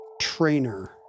trainer